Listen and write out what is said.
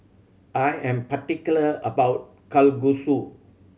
I am particular about Kalguksu